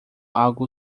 algo